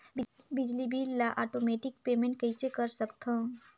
बिजली बिल ल automatic payment कइसे कर सकथव?